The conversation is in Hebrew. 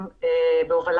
משפחות